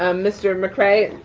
um mr. mccray,